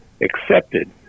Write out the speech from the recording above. accepted